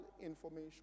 information